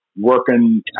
working